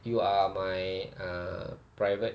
you are my uh private